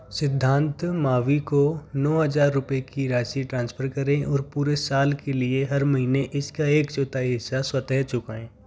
सिद्धांत मावी को नौ हज़ार रुपये की राशि ट्रांसफ़र करें और पूरे साल के लिए हर महीने इसका एक चौथाई हिस्सा स्वतः चुकाएँ